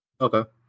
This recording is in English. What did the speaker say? Okay